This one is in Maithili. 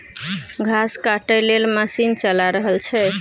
घास काटय लेल मशीन चला रहल छै